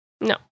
no